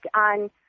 on